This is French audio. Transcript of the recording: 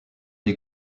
des